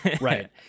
right